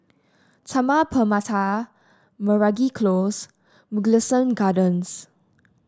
Taman Permata Meragi Close and Mugliston Gardens